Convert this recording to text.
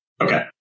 Okay